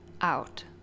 out